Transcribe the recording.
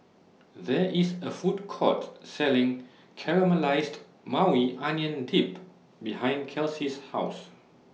There IS A Food Court Selling Caramelized Maui Onion Dip behind Kelsey's House